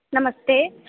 नमस्ते